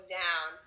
down